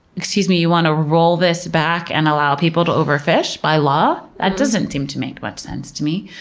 excuse me, you want to roll this back and allow people to overfish by law? that doesn't seem to make much sense to me.